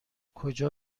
کجا